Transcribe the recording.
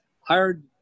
hired